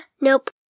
nope